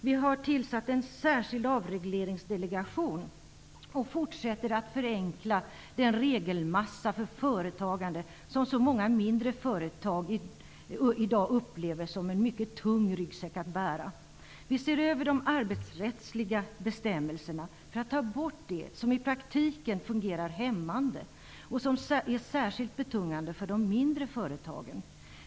Vi har tillsatt en särskild avregleringsdelegation och fortsätter att förenkla den regelmassa för företagande som så många mindre företag i dag upplever som en mycket tung ryggsäck att bära. Vi ser över de arbetsrättsliga bestämmelserna för att ta bort det som i praktiken fungerar hämmande och som är särskilt betungande för de mindre företagen.